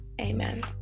amen